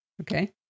Okay